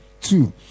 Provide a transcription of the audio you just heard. Two